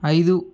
ఐదు